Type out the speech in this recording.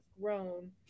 grown